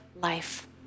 life